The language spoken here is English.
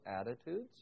attitudes